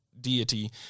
deity